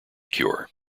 cure